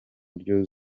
buryo